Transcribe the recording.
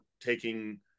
taking